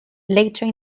later